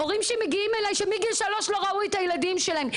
הורים שמגיעים אלי שמגיל 3 לא ראו את הילדים שלהם.